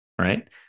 right